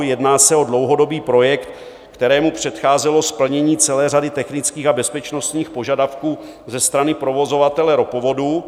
Jedná se o dlouhodobý projekt, kterému předcházelo splnění celé řady technických a bezpečnostních požadavků ze strany provozovatele ropovodu.